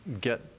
get